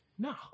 No